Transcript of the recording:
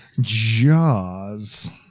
Jaws